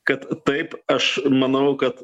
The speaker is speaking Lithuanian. kad taip aš manau kad